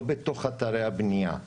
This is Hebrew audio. לא בתוך אתרי הבנייה,